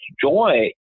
Joy